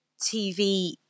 tv